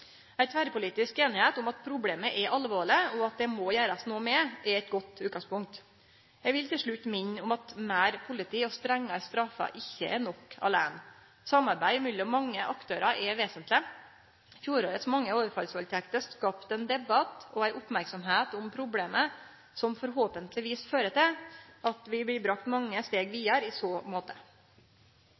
at det må gjerast noko med, er eit godt utgangspunkt. Eg vil til slutt minne om at meir politi og strengare straffar ikkje er nok aleine. Samarbeid mellom mange aktørar er vesentleg. Fjorårets mange overfallsvaldtekter skapte ein debatt og ei oppmerksemd om problemet som forhåpentlegvis fører til at vi blir bringa mange steg vidare i så måte.